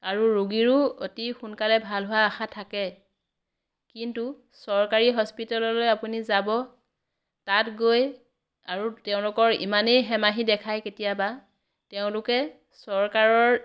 আৰু ৰোগীৰো অতি সোনকালে ভাল হোৱাৰ আশা থাকে কিন্তু চৰকাৰী হস্পিতাললৈ আপুনি যাব তাত গৈ আৰু তেওঁলোকৰ ইমানেই হেমাহি দেখাই কেতিয়াবা তেওঁলোকে চৰকাৰৰ